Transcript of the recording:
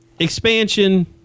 expansion